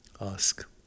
Ask